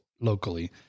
locally